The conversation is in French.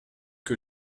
que